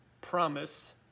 promise